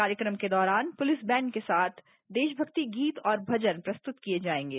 कार्यक्रम के दौरान पुलिस बैंड के साथ देशभक्ति गीत और भजन प्रस्तुत किए जाएंगे